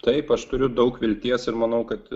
taip aš turiu daug vilties ir manau kad